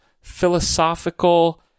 philosophical